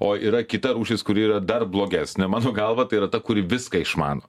o yra kita rūšis kuri yra dar blogesnė mano galva tai yra ta kuri viską išmano